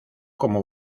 como